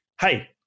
hey